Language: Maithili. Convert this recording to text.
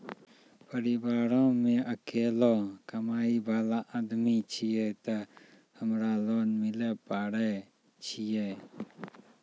परिवारों मे अकेलो कमाई वाला आदमी छियै ते हमरा लोन मिले पारे छियै?